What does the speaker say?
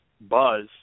buzz